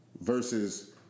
versus